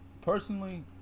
personally